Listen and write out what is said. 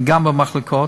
וגם במחלקות,